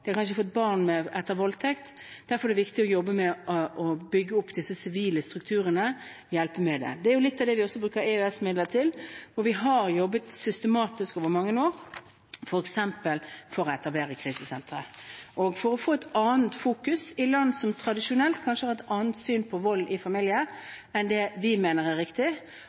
de har kanskje fått barn etter voldtekt. Derfor er det viktig å jobbe med å bygge opp disse sivile strukturene – hjelpe til med det. Det er jo litt av det vi bruker EØS-midler til – vi har jobbet systematisk over mange år, f.eks. for å etablere krisesentre og for å få et annet fokus i land som tradisjonelt kanskje har et annet syn på vold i familien enn det vi mener er riktig,